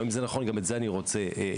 אם זה נכון גם את זה אני רוצה לבדוק